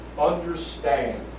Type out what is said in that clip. understand